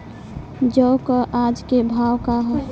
जौ क आज के भाव का ह?